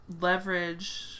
leverage